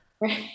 Right